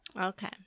Okay